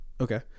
Okay